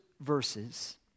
verses